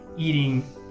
Eating